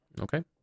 Okay